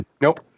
Nope